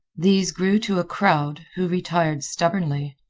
these grew to a crowd, who retired stubbornly.